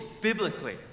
biblically